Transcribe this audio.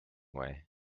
way